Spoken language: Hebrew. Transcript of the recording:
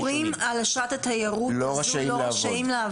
ההורים על אשרת תייר לא רשאים לעבוד?